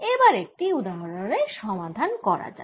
এবার একটি উদাহরনের সমাধান করা যাক